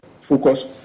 focus